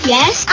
Yes